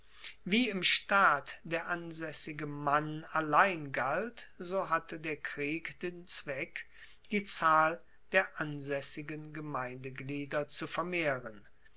wie im staat der ansaessige mann allein galt so hatte der krieg den zweck die zahl der ansaessigen gemeindeglieder zu vermehren